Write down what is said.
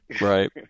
right